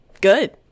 Good